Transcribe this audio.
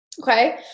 Okay